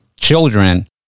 children